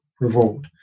revolt